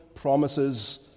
Promises